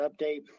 update